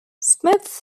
smith